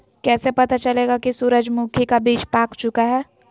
कैसे पता चलेगा की सूरजमुखी का बिज पाक चूका है?